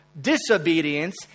disobedience